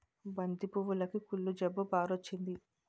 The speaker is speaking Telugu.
బంతి పువ్వులుకి కుళ్ళు జబ్బు పారొచ్చింది